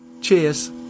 Cheers